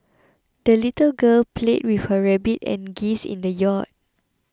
the little girl played with her rabbit and geese in the yard